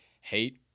Hate